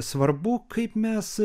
svarbu kaip mes